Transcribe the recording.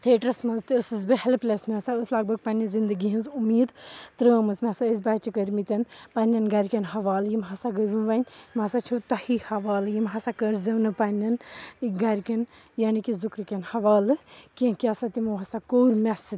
theatres منٛز تہِ ٲسٕس بہٕ ہٮ۪لٕپ لٮ۪س مےٚ ہَسا ٲس لگ بگ پنٛنہِ زِندگی ہٕنٛز اُمیٖد ترٛٲمٕژ مےٚ ہَسا ٲسۍ بَچہِ کٔرۍمٕتۍ پنٛنٮ۪ن گَرِکٮ۪ن حوالہٕ یِم ہَسا گٔیوٕ وۄنۍ یِم ہَسا چھِو تۄہی حوالہٕ یِم ہَسا کٔرۍزیو نہٕ پنٛنٮ۪ن گَرِکٮ۪ن یعنی کہِ ذُکرِکٮ۪ن حَوالہٕ کینٛہہ کیٛاہ سا تِمو ہَسا کوٚر مےٚ سۭتۍ